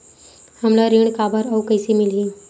हमला ऋण काबर अउ कइसे मिलही?